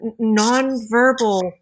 nonverbal